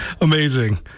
Amazing